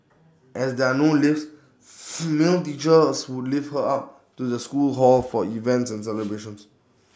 as there are no lifts male teachers as would lift her up to the school hall for events and celebrations